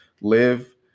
live